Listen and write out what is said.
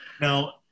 Now